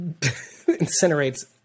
incinerates